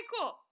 cool